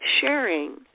sharing